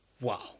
wow